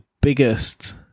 biggest